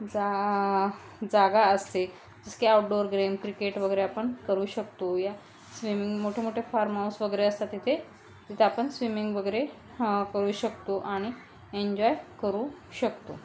जा जागा असते जसं की आउटडोर गेम क्रिकेट वगैरे आपण करू शकतो या स्विमिंग मोठे मोठे फार्महाऊस वगैरे असतात तिथे तिथे आपण स्विमिंग वगैरे करू शकतो आणि एन्जॉय करू शकतो